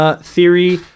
theory